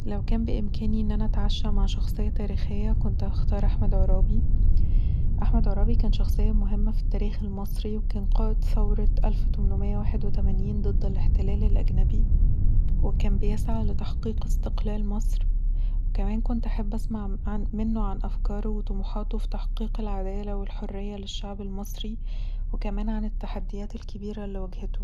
لو كان بإمكاني ان انا اتعشي مع شخصية تاريخيه كنت هختار احمد عرابي، احمد عرابي كان شخصيه مهمه في التاريخ المصري وكان قائد ثورة ألف تمنوميه واحد وتمانين ضد الأحتلال الأجنبي وكان بيسعي لتحقيق استقلال مصر وكمان كنت احب اسمع عن منه عن افكاره وطموحاته في تحقيق العداله والحريه للشعب المصري وكمان عن التحديات الكبيره اللي واجهته